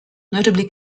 notably